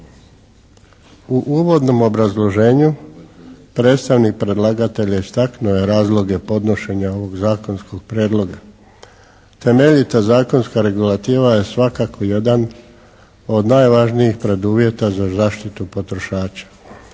U uvodnom obrazloženju predstavnik predlagatelja istaknuo je razloge podnošenja ovog zakonskog prijedloga. Temeljita zakonska regulativa je svakako jedan od najvažnijih preduvjeta za zaštitu potrošača.